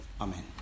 Amen